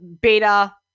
beta